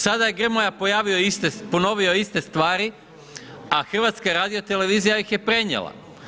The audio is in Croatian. Sada je Grmoja pojavio, ponovio iste stvari, a HRT iz je prenijela.